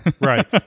Right